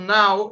now